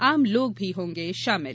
आम लोग भी होंगे शामिल